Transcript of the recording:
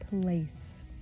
place